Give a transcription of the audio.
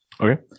Okay